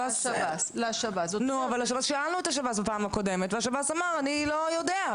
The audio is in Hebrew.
אבל שאלנו את השב"ס בפעם הקודמת והשב"ס אמר: אני לא יודע.